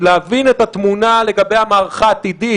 להבין את התמונה לגבי המערכה העתידית,